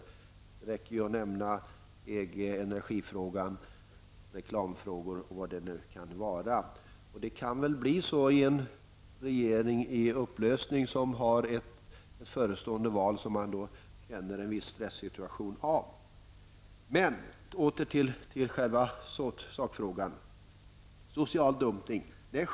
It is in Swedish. Det räcker med att nämna frågan om EG, energifrågan, frågor om reklam och vad det nu kan vara. Det kan bli så för en regering i upplösning som känner en viss stress inför ett förestående val. Åter till själva sakfrågan, nämligen social dumpning.